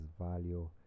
value